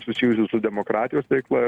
susijusių su demokratijos veikla